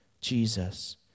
Jesus